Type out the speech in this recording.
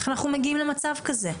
איך אנחנו מגיעים למצב כזה.